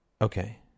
okay